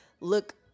look